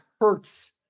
hurts